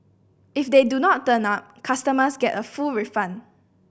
if they do not turn up customers get a full refund